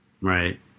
Right